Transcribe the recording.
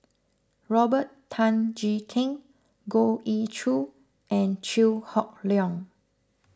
Robert Tan Jee Keng Goh Ee Choo and Chew Hock Leong